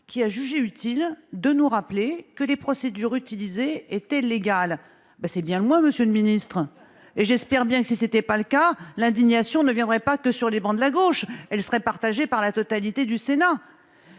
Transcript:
il a jugé utile de nous rappeler que les procédures utilisées étaient légales. C'est bien le moins, monsieur le ministre ! J'espère que, si tel n'était pas le cas, l'indignation ne s'élèverait pas uniquement des travées de la gauche et serait partagée par la totalité du Sénat.